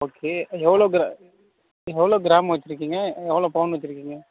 okay எவ்வளோ எவ்வளோ gram வச்சுருக்கீங்க எவ்வளோ பவுன் வச்சுருக்கீங்க